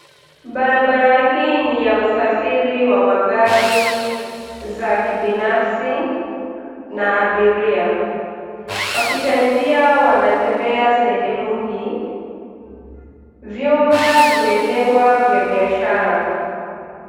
Barabara hii ni ya usafiri wa magari za kibinafsi na abiria. Wapita njia wanatembea sehemu hii. Vyumba vimejengwa vya biashara.